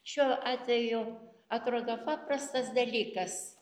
šiuo atveju atrodo paprastas dalykas